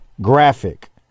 graphic